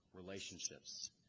relationships